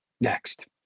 next